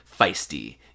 feisty